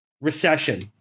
recession